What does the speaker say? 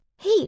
Hey